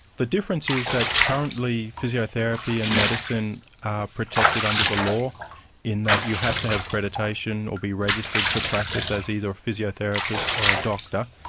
the difference is that currently physiotherapy and medicine are protected under the law in that you have to have accreditation or be registered to practice as either a physiotherapist or a doctor.